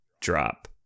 drop